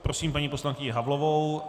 Prosím paní poslankyni Havlovou.